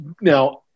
now